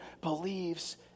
believes